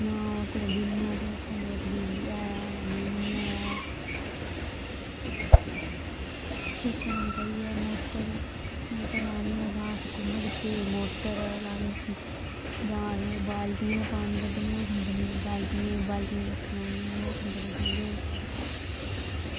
कुदै बिजली दा स्यापा होंदा कुदै बिजली ऐ निं ऐ स्विच ऑन करियै मोटर लानी होऐ तां अस कुएं बिचें मोटर लानी जां बी बाल्टियें पानी कड्ढने ओह् छंडने बाल्टियें बाल्टियें ते उस कन्नै ओह् छंडने थल्ले ई